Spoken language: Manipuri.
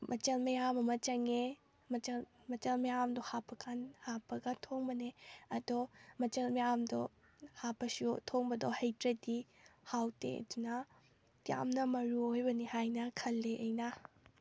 ꯃꯆꯜ ꯃꯌꯥꯝ ꯑꯃ ꯆꯪꯉꯦ ꯃꯆꯜ ꯃꯆꯜ ꯃꯌꯥꯝꯗꯣ ꯍꯥꯞꯄꯀꯥꯟ ꯍꯥꯞꯄꯒ ꯊꯣꯡꯕꯅꯦ ꯑꯗꯣ ꯃꯆꯜ ꯃꯌꯥꯝꯗꯣ ꯍꯥꯞꯄꯁꯨ ꯊꯣꯡꯕꯗꯣ ꯍꯩꯇ꯭ꯔꯗꯤ ꯍꯥꯎꯇꯦ ꯑꯗꯨꯅ ꯌꯥꯝꯅ ꯃꯔꯨꯑꯣꯏꯕꯅꯤ ꯍꯥꯏꯅ ꯈꯜꯂꯤ ꯑꯩꯅ